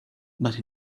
but